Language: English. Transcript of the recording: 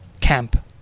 camp